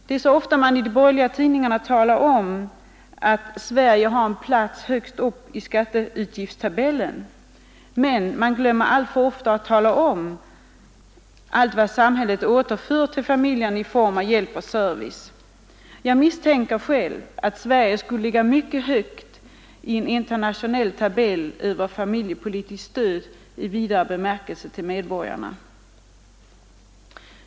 Man talar i de borgerliga tidningarna så gärna om Sveriges plats högt upp i skatteutgiftstabellen, men man glömmer alltför ofta att tala om vad samhället återför i form av hjälp och service till medborgarna. Jag misstänker att Sverige skulle ligga mycket högt i en internationell tabell över familjepolitiskt stöd i vidare bemärkelse till medborgarna.